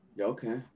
okay